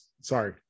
sorry